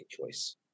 choice